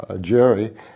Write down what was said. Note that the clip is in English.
Jerry